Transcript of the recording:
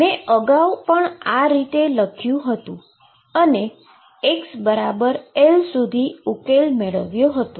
મેં આ અગાઉ લખ્યું હતું અને xL સુધી ઉકેલ મેળવ્યો હતો